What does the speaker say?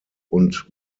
und